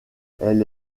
elle